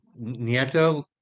Nieto